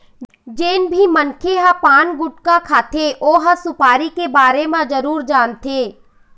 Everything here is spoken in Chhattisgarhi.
जेन भी मनखे ह पान, गुटका खाथे ओ ह सुपारी के बारे म जरूर जानथे